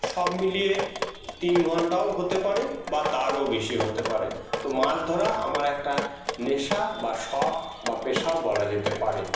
সব মিলিয়ে তিন ঘণ্টাও হতে পারে বা তারও বেশি হতে পারে তো মাছ ধরা আমার একটা নেশা বা শখ বা পেশাও বলা যেতে পারে